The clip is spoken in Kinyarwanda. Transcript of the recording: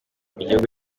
gihugu